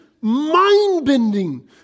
mind-bending